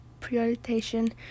prioritization